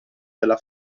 della